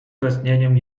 westchnieniem